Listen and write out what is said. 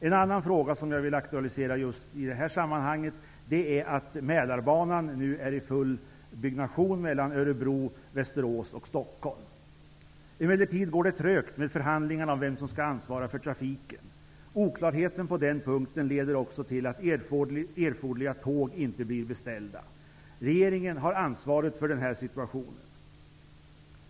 En annan fråga som jag vill aktualisera i detta sammanhang är att Mälarbanan nu är i full byggnation sträckan Örebro--Västerås-- Stockholm. Emellertid går det trögt med förhandlingarna om vem som skall ansvara för trafiken. Oklarheten på den punkten leder också till att erfoderliga tåg inte blir beställda. Regeringen har ansvaret för situationen.